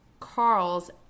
Carl's